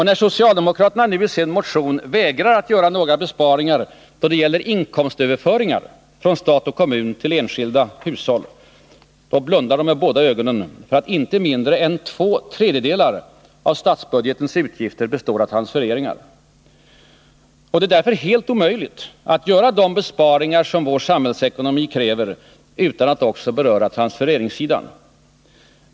När socialdemokraterna nu i sin motion vägrar att göra några besparingar då det gäller inkomstöverföringar från stat och kommun till enskilda hushåll, blundar de med båda ögonen för att inte mindre än två tredjedelar av statsbudgetens utgifter består av transfereringar. Det är därför helt omöjligt att göra de besparingar som vår samhällsekonomi kräver utan att också beröra transfereringssidan.